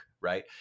right